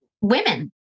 women